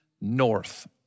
North